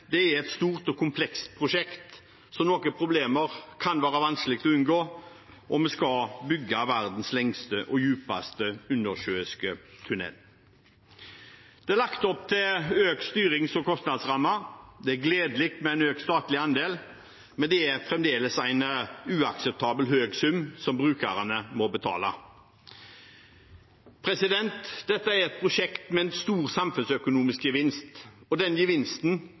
er dette et stort og komplekst prosjekt, så noen problemer kan det være vanskelig å unngå, og vi skal bygge verdens lengste og dypeste undersjøiske tunnel. Det er lagt opp til en økt styrings- og kostnadsramme. Det er gledelig med en økt statlig andel, men det er fremdeles en uakseptabelt høy sum som brukerne må betale. Dette er et prosjekt med en stor samfunnsøkonomisk gevinst, og den gevinsten